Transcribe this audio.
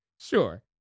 sure